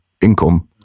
income